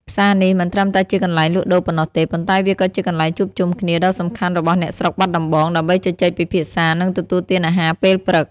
ផ្សារនេះមិនត្រឹមតែជាកន្លែងលក់ដូរប៉ុណ្ណោះទេ ប៉ុន្តែវាក៏ជាកន្លែងជួបជុំគ្នាដ៏សំខាន់របស់អ្នកស្រុកបាត់ដំបង ដើម្បីជជែកពិភាក្សា និងទទួលទានអាហារពេលព្រឹក។